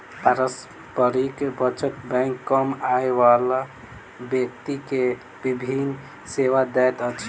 पारस्परिक बचत बैंक कम आय बला व्यक्ति के विभिन सेवा दैत अछि